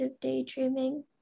daydreaming